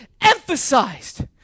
emphasized